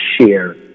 share